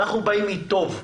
אנחנו באים ממקום טוב.